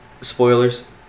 spoilers